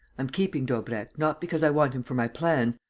i'm keeping daubrecq, not because i want him for my plans,